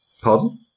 Pardon